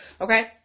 Okay